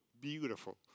beautiful